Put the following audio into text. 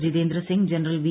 Jitendra Singh general V